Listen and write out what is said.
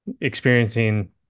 experiencing